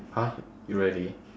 !huh! you really